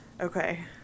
Okay